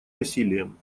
насилием